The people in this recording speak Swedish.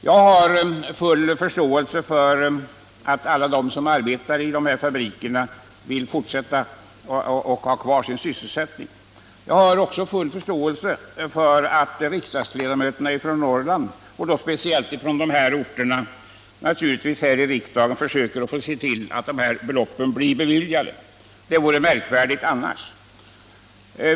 Jag har full förståelse för att alla de som arbetar i dessa fabriker vill ha kvar sin sysselsättning. Jag har också full förståelse för att riksdagsledamöterna från Norrland, speciellt från dessa orter, här i riksdagen försöker se till att beloppen blir beviljade — det vore märkvärdigt annars.